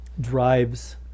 drives